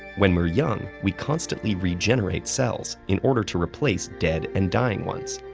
when we're young, we constantly regenerate cells in order to replace dead and dying ones.